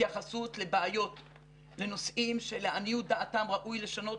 התייחסות לבעיות לנושאים שלעניות דעתם ראוי לשנות